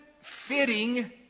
fitting